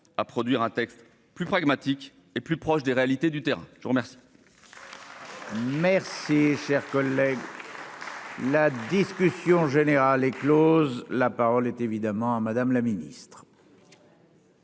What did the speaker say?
à produire un texte plus pragmatique et plus proche des réalités du terrain, je vous remercie. Merci, cher collègue, la discussion. Qui ont générale est Close, la parole est évidemment à madame la ministre.